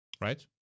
right